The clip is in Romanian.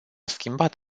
schimbat